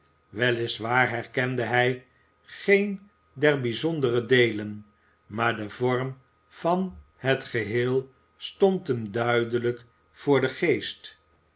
waar herkende hij geen der bijzondere deelen maar de vorm van het geheel stond hem duidelijk voor den geest